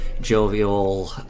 jovial